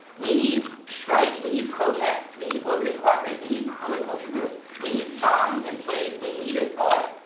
we need strikes, we need protests, we need workers cooperatives, we need permaculture groups, we need songs and plays, we need it all.